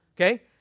Okay